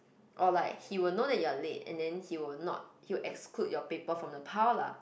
or like he will know that you're late and then he will not he will exclude your paper from the pile lah